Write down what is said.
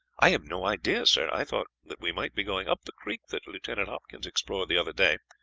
i have no idea, sir. i thought that we might be going up the creek that lieutenant hopkins explored the other day,